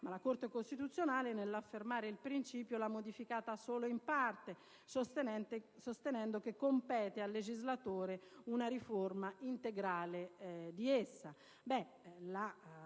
ma la Corte Costituzionale, nell'affermare il principio, l'ha modificata solo in parte, sostenendo che compete al legislatore una riforma integrale di essa;